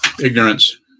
Ignorance